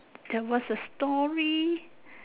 there was a story